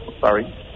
sorry